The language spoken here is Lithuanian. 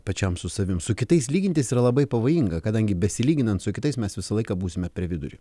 pačiam su savimi su kitais lygintis yra labai pavojinga kadangi besilyginant su kitais mes visą laiką būsime per vidurį